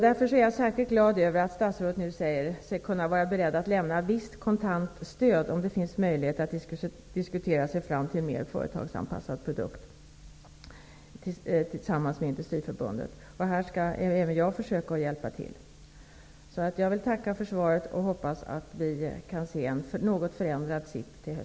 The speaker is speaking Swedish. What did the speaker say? Därför är jag särskilt glad över att statsrådet nu säger sig vara beredd att lämna visst kontant stöd om det finns möjlighet att tillsammans med Industriförbundet diskutera sig fram till en mer företagsanpassad produkt. I det sammanhanget skall även jag försöka att hjälpa till. Jag vill tacka för svaret och hoppas att vi till hösten kan se en något förändrad SIP.